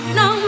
no